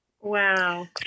Wow